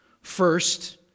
First